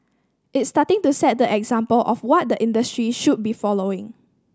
it's starting to set the example of what the industry should be following